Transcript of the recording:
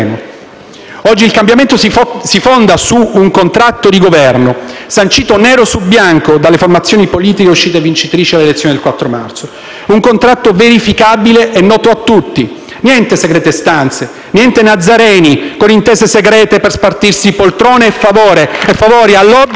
Oggi il cambiamento si fonda su un contratto di Governo, sancito nero su bianco dalle formazioni politiche uscite vincitrici dalle elezioni del 4 marzo; un contratto verificabile e noto a tutti; niente segrete stanze, niente Nazareni con intese segrete per spartire poltrone e favori tra *lobby*,